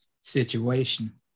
situation